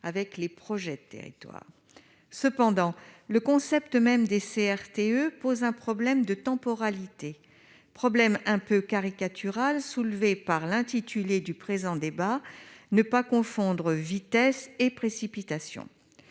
avec les projets de territoire. Cependant, le concept même de CRTE pose un problème de temporalité, problème exposé de manière un peu caricaturale par l'intitulé du présent débat :« ne pas confondre vitesse et précipitation ».